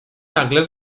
nagle